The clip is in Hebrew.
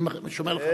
אני שומר לך את הזמן.